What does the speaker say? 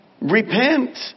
Repent